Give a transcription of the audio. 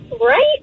right